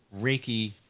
Reiki